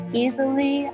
easily